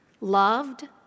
loved